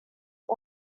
are